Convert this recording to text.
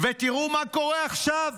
תראו מה קורה עכשיו,